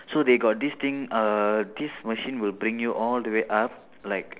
so they got this thing uh this machine will bring you all the way up like